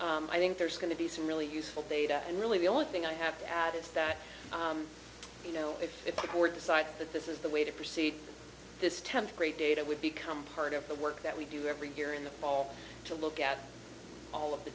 so i think there's going to be some really useful data and really the only thing i have to add is that you know if if a court decides that this is the way to proceed this tenth grade data would become part of the work that we do every year in the fall to look at all of the